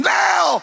now